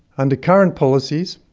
under current policies,